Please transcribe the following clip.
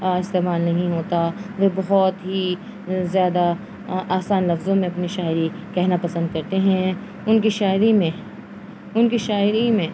استعمال نہیں ہوتا وہ بہت ہی زیادہ آسان لفظوں میں اپنی شاعری کہنا پسند کرتے ہیں ان کی شاعری میں ان کی شاعری میں